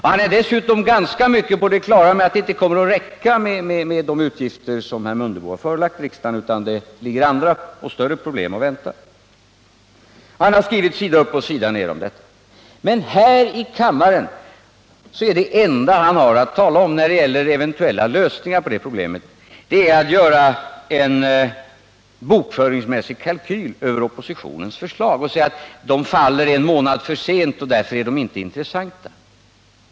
Han är dessutom ganska mycket på det klara med att det inte kommer att räcka med de utgifter som herr Mundebo har förelagt riksdagen utan att det ligger andra och större problem och väntar. Han har skrivit sida upp och sida ner om detta. Men här i kammaren kan han bara, när det gäller eventuella lösningar på problemet, göra en bokföringsmässig kalkyl över oppositionens förslag och säga att de faller en månad för sent och därför inte är intressanta.